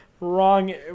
wrong